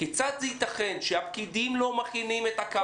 כיצד זה ייתכן שהפקידים לא מכינים את הקרקע.